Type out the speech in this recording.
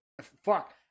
Fuck